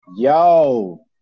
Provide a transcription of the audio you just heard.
Yo